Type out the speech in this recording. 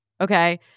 Okay